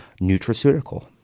nutraceutical